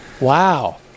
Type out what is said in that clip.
Wow